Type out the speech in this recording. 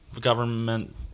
government